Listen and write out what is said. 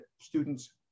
students